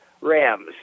Rams